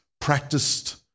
practiced